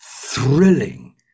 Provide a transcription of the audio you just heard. thrilling